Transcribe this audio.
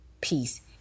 peace